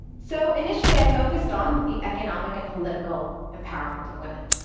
so initially, i focused on the economic and political empowerment of women.